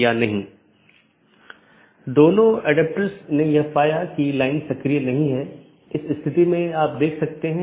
जैसा कि हमने पाथ वेक्टर प्रोटोकॉल में चर्चा की है कि चार पथ विशेषता श्रेणियां हैं